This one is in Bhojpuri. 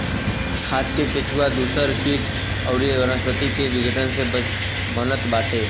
खाद केचुआ दूसर किट अउरी वनस्पति के विघटन से बनत बाटे